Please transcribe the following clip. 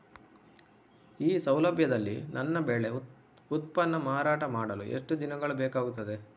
ಈ ಸೌಲಭ್ಯದಲ್ಲಿ ನನ್ನ ಬೆಳೆ ಉತ್ಪನ್ನ ಮಾರಾಟ ಮಾಡಲು ಎಷ್ಟು ದಿನಗಳು ಬೇಕಾಗುತ್ತದೆ?